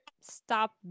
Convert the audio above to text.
stop